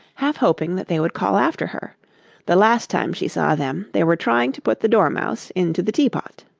half hoping that they would call after her the last time she saw them, they were trying to put the dormouse into the teapot.